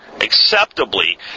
acceptably